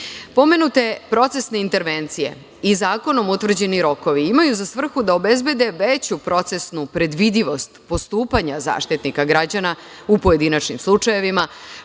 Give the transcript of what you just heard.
uprave. Pomenute procesne intervencije i zakonom utvrđeni rokovi, imaju za svrhu da obezbede veću procesnu predvidivost postupanja Zaštitnika građana, u pojedinačnim slučajevima,